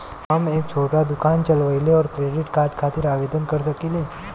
हम एक छोटा दुकान चलवइले और क्रेडिट कार्ड खातिर आवेदन कर सकिले?